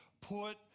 put